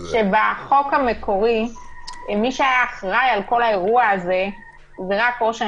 שבחוק המקורי מי שהיה אחראי על כל האירוע הזה הוא רק ראש הממשלה.